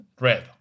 red